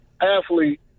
athlete